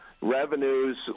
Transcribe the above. revenues